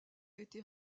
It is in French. été